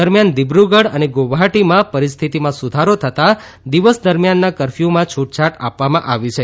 દરમિયાન દિબ્રુગઢ ને ગુવહાટીમાં પરિસ્થિતિમાં સુધારો થતા દિવસ દરમિયાનના કરફયુમાં છૂટછાટ આપવામાં આવી છે